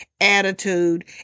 attitude